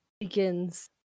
begins